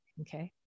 Okay